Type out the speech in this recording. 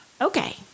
Okay